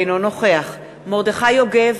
אינו נוכח מרדכי יוגב,